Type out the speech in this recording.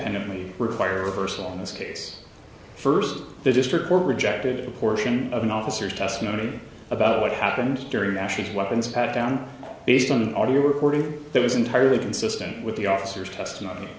enemy require a person on this case first the district court rejected a portion of an officer testimony about what happened during weapons patdown based on an audio recording that was entirely consistent with the officer's testimony